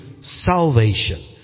salvation